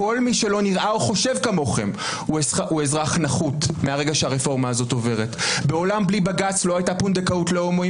שאתה חייב לתמוך עכשיו בקריאה השלישית במה שהעברת בקריאה הטרומית.